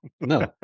no